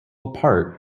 apart